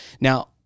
Now